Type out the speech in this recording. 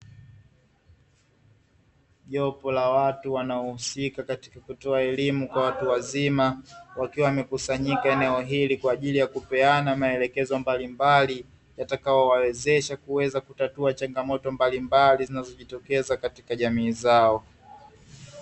Jopo la watu wanaohusika katika kutoa elimu kwa watu wazima, wakiwa wamekusanyika eneo hili kwa ajili yakupeana maelekezo mbalimbali, yatakayowawezesha kuweza kutatua changamoto mbalimbali zinazojitokeza katika jamii zao.